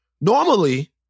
Normally